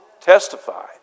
testify